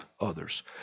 others